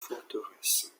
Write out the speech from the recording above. forteresse